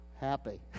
happy